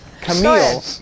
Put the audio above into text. Camille